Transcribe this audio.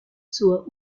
zur